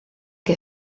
que